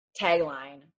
tagline